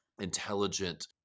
intelligent